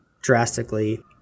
drastically